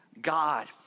God